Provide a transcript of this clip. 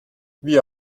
wie